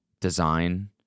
design